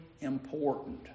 important